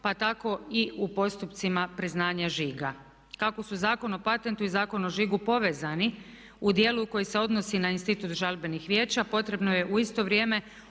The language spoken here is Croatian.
pa tko i u postupcima priznanja žiga. Kako su Zakon o patentu i Zakon o žigu povezani u dijelu koji se odnosi na institut žalbenih vijeća potrebno je u isto vrijeme,